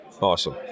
awesome